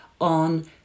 on